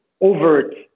overt